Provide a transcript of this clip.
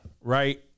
Right